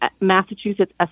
Massachusetts